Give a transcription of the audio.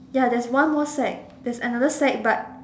ya one more sack there's another sack but